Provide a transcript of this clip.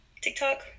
TikTok